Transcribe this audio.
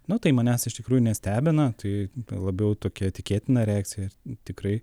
nu tai manęs iš tikrųjų nestebina tai labiau tokia tikėtina reakcija tikrai